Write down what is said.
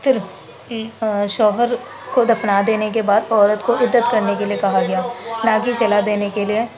پھر شوہر کو دفنا دینے کے بعد عورت کو عدت کرنے کے لیے کہا گیا نہ کہ جلا دینے کے لیے